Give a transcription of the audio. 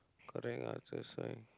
correct ah that's why